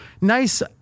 nice